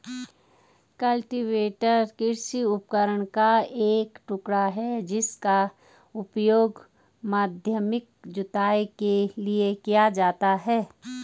cultivator कृषि उपकरण का एक टुकड़ा है जिसका उपयोग माध्यमिक जुताई के लिए किया जाता है